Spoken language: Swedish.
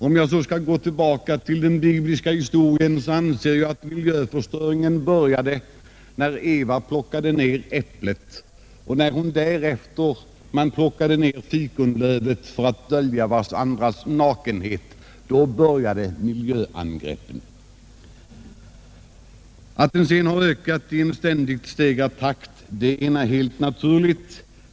Om jag skall gå tillbaka till den bibliska historien, vågar jag påstå att miljöförstöringen började när Eva plockade ned äpplet. När man därefter plockade ned fikonlövet för att dölja sin nakenhet, började miljöangreppen. Att de sedan har ökat i en ständigt stegrad takt är helt naturligt.